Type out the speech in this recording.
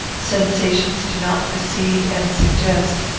sensations do not precede and suggest,